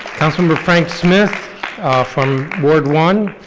councilmember frank smith from ward one.